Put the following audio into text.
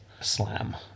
slam